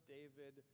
David